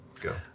go